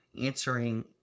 answering